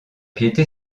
piété